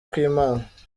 kw’imana